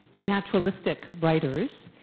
naturalistic writers.